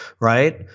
right